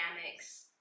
dynamics